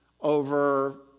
over